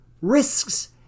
Risks